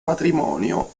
matrimonio